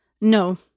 No